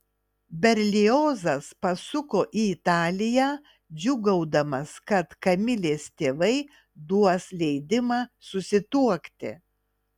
berliozas pasuko į italiją džiūgaudamas kad kamilės tėvai duos leidimą susituokti